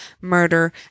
murder